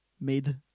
made